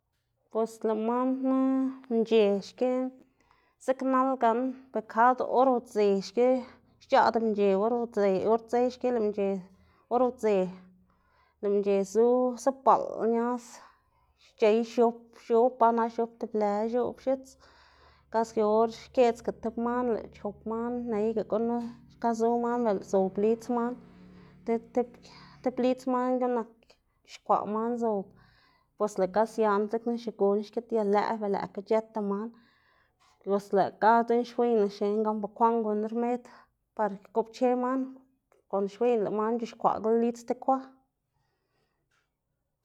Bos lëꞌ man knu mc̲h̲e xki ziknal gan kad or udze xki xc̲h̲aꞌda mc̲h̲e or udze or dze xki lëꞌ mc̲h̲e, or udze lëꞌ mc̲h̲e zu- zubaꞌl ñaz c̲h̲ey x̱ob x̱ob ba nax x̱ob tiblë x̱oꞌb x̱its, kask yu or xkeꞌdzda tib man lëꞌ chop man neyga gunu xka zu man bel zob lidz man, ti tib tib lidz manga nak xkwaꞌ man zob, bos lëꞌ ga sianá dzekna xiguná xkidia lëꞌ ber lëꞌkga c̲h̲ëtda man, los lëꞌ ga dzekna xwiyná xnená gan bekwaꞌn gunn- ná rmed par goꞌpche man, konde xwiyná lëꞌ man c̲h̲ixkwaꞌgala lidz sti kwa.